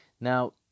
Now